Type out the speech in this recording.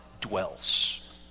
dwells